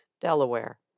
Delaware